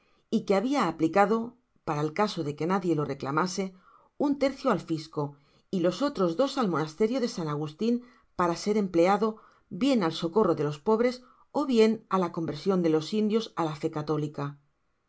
y que habia aplicado para el caso de que nadie lo reclamase un tercio al fisco y los otros dos al monasterio de san agustin para ser empleado bien al socorro de los pobres ó bien á la conversion de los indios á la fé catolica